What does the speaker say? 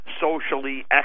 socially